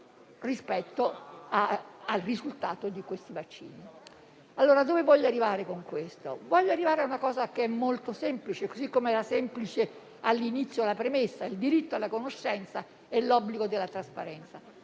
Allora, dove voglio arrivare con questo? Voglio arrivare a una cosa che è molto semplice, così come era semplice all'inizio la premessa: il diritto alla conoscenza e l'obbligo alla trasparenza.